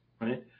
right